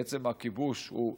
בעצם הכיבוש הוא זמני,